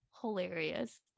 hilarious